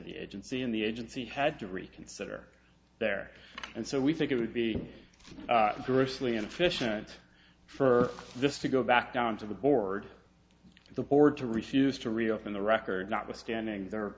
the agency in the agency had to reconsider their and so we think it would be grossly inefficient for this to go back down to the board the board to receive used to reopen the record notwithstanding the